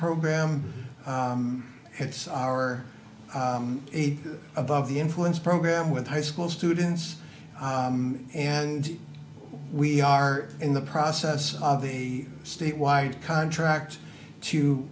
program it's our eight above the influence program with high school students and we are in the process of the statewide contract to